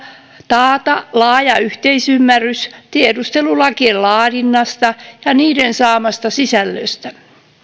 taata laaja yhteisymmärrys tiedustelulakien laadinnasta ja niiden saamasta sisällöstä